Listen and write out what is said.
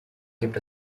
gibt